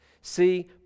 See